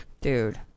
Dude